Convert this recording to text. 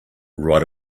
right